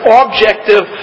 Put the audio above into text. objective